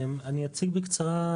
אני אציג בקצרה,